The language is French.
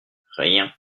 rien